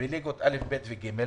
בליגות א',ב' ו-ג'.